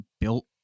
built